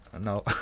No